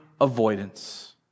avoidance